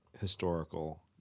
historical